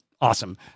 awesome